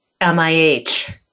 MIH